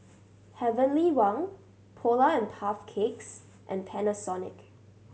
Heavenly Wang Polar and Puff Cakes and Panasonic